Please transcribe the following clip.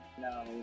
No